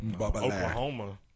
Oklahoma